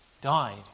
died